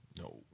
No